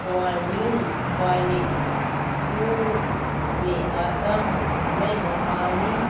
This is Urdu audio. قوانین والے زون میں آتا ہوں میں مقامی